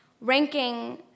ranking